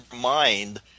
mind